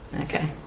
Okay